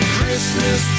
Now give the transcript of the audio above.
Christmas